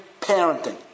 parenting